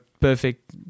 perfect